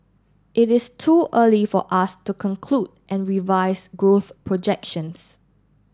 it is too early for us to conclude and revise growth projections